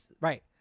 Right